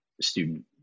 student